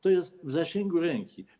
To jest w zasięgu ręki.